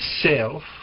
self